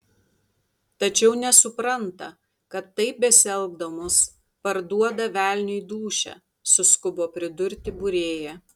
tačiau nesupranta kad taip besielgdamos parduoda velniui dūšią suskubo pridurti būrėja